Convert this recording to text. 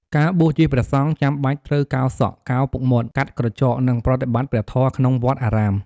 ការបួសជាព្រះសង្ឃចាំបាច់ត្រូវកោរសក់ កោរពុកមាត់ កាត់ក្រចក និងប្រតិបត្តិព្រះធម៌ក្នុងវត្តអារាម។